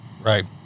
Right